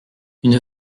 une